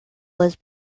was